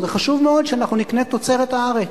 זה חשוב מאוד שאנחנו נקנה תוצרת הארץ,